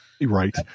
Right